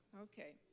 Okay